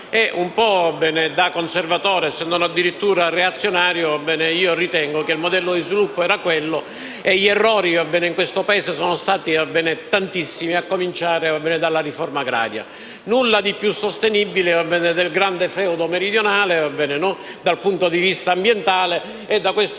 un po' da conservatore (se non addirittura da reazionario), che il modello di sviluppo fosse quello e che gli errori in questo Paese siano stati tantissimi, a cominciare dalla riforma agraria. Nulla di più sostenibile del grande feudo meridionale dal punto di vista ambientale e in questo posso in parte